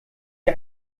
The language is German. sie